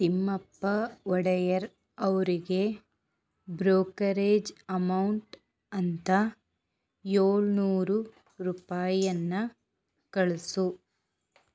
ತಿಮ್ಮಪ್ಪ ಒಡೆಯರ್ ಅವರಿಗೆ brokerage amount ಅಂತ ಏಳ್ನೂರು ರೂಪಾಯಿಯನ್ನು ಕಳಿಸು